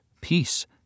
peace